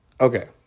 okay